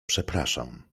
przepraszam